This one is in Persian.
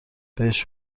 بهش